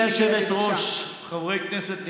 גברתי היושבת-ראש, חברי כנסת נכבדים,